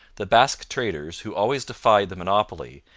the basque traders, who always defied the monopoly,